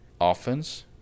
offense